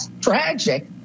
Tragic